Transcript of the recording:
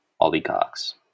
oligarchs